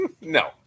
no